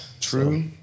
True